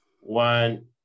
one